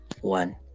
One